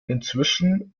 inzwischen